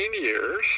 years